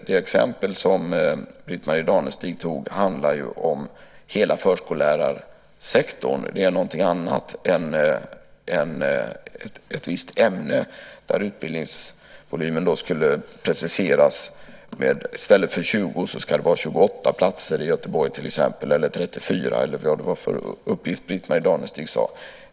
Det exempel som Britt-Marie Danestig tog handlar ju om hela förskollärarsektorn, och det är någonting annat än ett visst ämne. Utbildningsvolymen skulle alltså preciseras så att det i stället för 20 ska vara 28 platser i till exempel Göteborg, eller 34 eller vad det nu var för uppgift Britt-Marie Danestig hade.